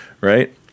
right